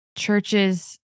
churches